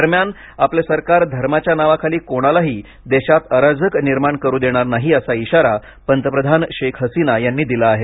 दरम्यान आपलं सरकार धर्माच्या नावाखाली कोणालाही देशात अराजक निर्माण करू देणार नाही असा इशारा पंतप्रधान शेख हसीना यांनी दिला आहे